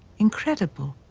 incredible.